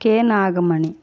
K Nagamani